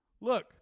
Look